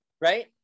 right